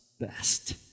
best